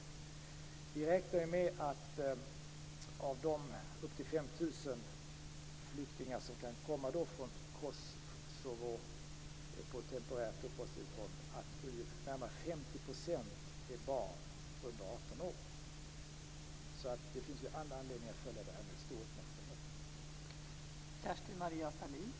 Vi räknar med att av de upp till 5 000 flyktingar som kan komma från Kosovo och få temporärt uppehållstillstånd är närmare 50 % barn under 18 år. Det finns alltså all anledning att följa det här med stor uppmärksamhet.